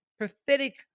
pathetic